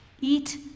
eat